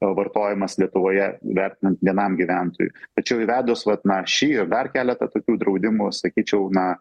vartojimas lietuvoje vertinant vienam gyventojui tačiau įvedus vat na šį ir dar keletą tokių draudimų sakyčiau na